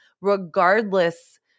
regardless